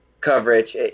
coverage